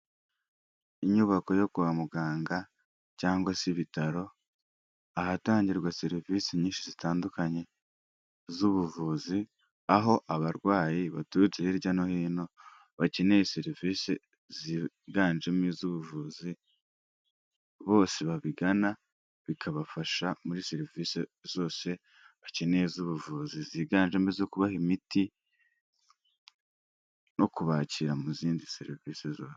Inyubako yo kwa muganga cyangwa se ibitaro, ahatangirwa serivisi nyinshi zitandukanye z'ubuvuzi, aho abarwayi baturutse hirya no hino bakeneye serivisi ziganjemo iz'ubuvuzi, bose babigana bikabafasha muri serivise zose bakeneye z'ubuvuzi, ziganjemo izo kubaha imiti no kubakira mu zindi serivise zose.